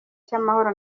cy’amahoro